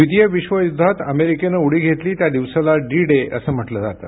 द्वितीय विश्व युद्धात अमेरिकेनं उडी घेतली त्या दिवसाला डी डे असं म्हटलं जातं